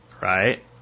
right